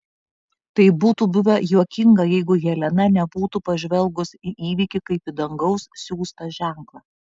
tai būtų buvę juokinga jeigu helena nebūtų pažvelgus į įvykį kaip į dangaus siųstą ženklą